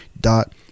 dot